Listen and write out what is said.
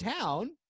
town